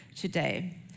today